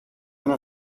ένα